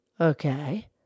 Okay